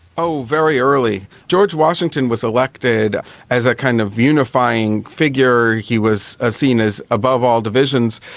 oh very early. george washington was elected as a kind of unifying figure. he was ah seen as above all divisions.